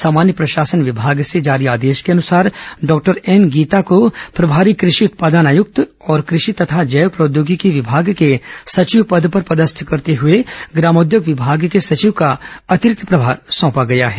सामान्य प्रशासन विमाग से जारी आदेश के अनुसार डॉक्टर एम गीता को प्रभारी कृषि उत्पादन आयुक्त और कृषि तथा जैव प्रौद्योगिकी विभाग के सचिव पद पर पदस्थ करते हुए ग्रामोद्योग विभाग के सचिव का अंतिरिक्त प्रभार सौंपा गया है